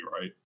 right